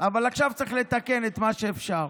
אבל עכשיו צריך לתקן את מה שאפשר.